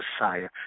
Messiah